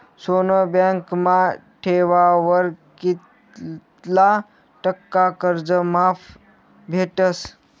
सोनं बँकमा ठेवावर कित्ला टक्का कर्ज माफ भेटस?